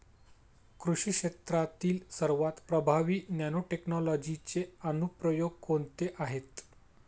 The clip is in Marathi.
कृषी क्षेत्रातील सर्वात प्रभावी नॅनोटेक्नॉलॉजीचे अनुप्रयोग कोणते आहेत?